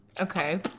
Okay